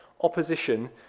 opposition